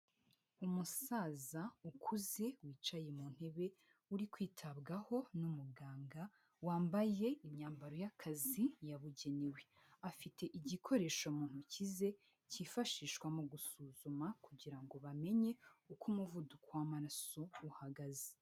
Umusaza ukuze wicaye muntebe uri kwitabwaho n'umuganga, wambaye imyambaro y'akazi yabugenewe. Afite igikoresho muntoki ze cyifashishwa mugusuzuma kugirango bamenye uko umuvuduko w'amaraso uhagaze.